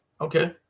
Okay